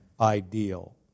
ideal